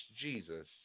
Jesus